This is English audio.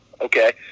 Okay